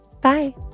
Bye